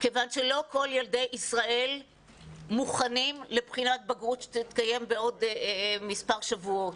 כיוון שלא כל ילדי ישראל מוכנים לבחינת בגרות שתתקיים בעוד מספר שבועות.